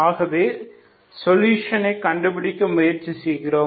ஆகவே சொல்யூஷன் ஐ கண்டுபிடிக்க முயற்சி செய்கிறோம்